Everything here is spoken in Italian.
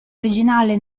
originale